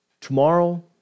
tomorrow